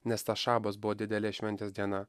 nes tas šabas buvo didelės šventės diena